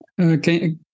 Okay